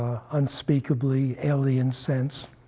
unspeakably alien sense,